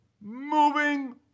Moving